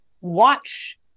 watch